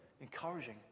encouraging